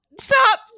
stop